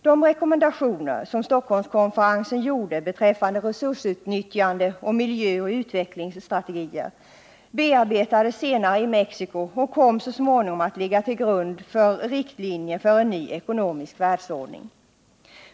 De rekommendationer som Stockholmskonferensen gav beträffande resursutnyttjande, miljö och utvecklingsstrategier bearbetades senare i Mexico och kom så småningom att ligga till grund för riktlinjer för en ny ekonomisk världsordning.